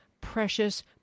precious